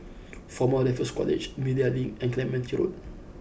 former Raffles College Media Link and Clementi Road